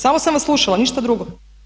Samo sam vas slušala, ništa drugo.